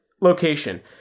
location